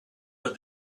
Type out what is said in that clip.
but